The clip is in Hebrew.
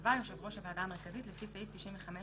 שקבע יושב ראש הוועדה המרכזית לפי סעיף 95ו(ג).